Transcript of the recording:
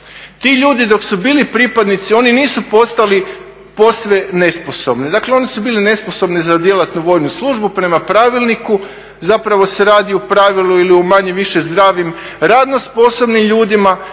Ti ljudi dok su bili pripadnici, oni nisu postali posve nesposobni. Dakle, oni su bili nesposobni za djelatnu vojnu službu, prema pravilniku, zapravo se radi o pravilu ili o manje-više zdravim radno sposobnim ljudima